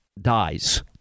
dies